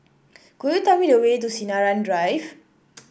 could you tell me the way to Sinaran Drive